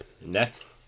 Next